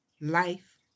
life